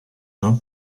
not